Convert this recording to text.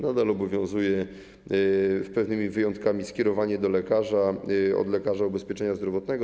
Nadal obowiązuje, z pewnymi wyjątkami, skierowanie do lekarza od lekarza ubezpieczenia zdrowotnego.